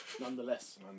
Nonetheless